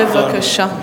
בבקשה.